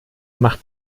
macht